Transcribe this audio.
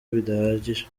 bidahagije